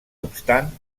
obstant